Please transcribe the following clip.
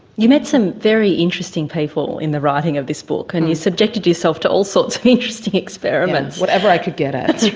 you met some very interesting people in the writing of this book and you subjected yourself to all sorts of interesting experiments. whatever i could get at.